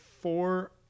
four